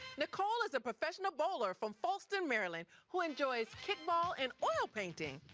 nicole is a professional bowler from fallston, maryland, who enjoys kickball and oil painting.